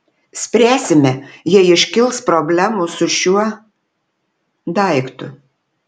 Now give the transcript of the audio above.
spręsime jei iškils problemų su šiuo daiktu